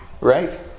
Right